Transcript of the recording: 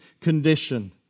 condition